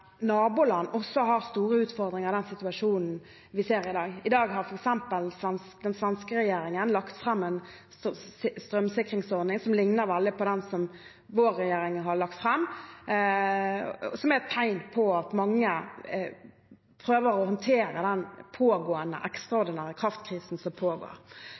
naboland også har store utfordringer i den situasjonen vi ser i dag. I dag har f.eks. den svenske regjeringen lagt fram en strømsikringsordning, som likner veldig på den vår regjering har lagt fram. Det er et tegn på at mange prøver å håndtere den pågående,